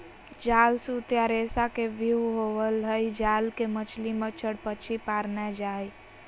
जाल सूत या रेशा के व्यूह होवई हई जाल मे मछली, मच्छड़, पक्षी पार नै जा हई